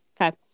Okay